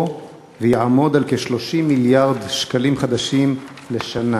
ויעמוד על כ-30 מיליארד שקלים חדשים לשנה.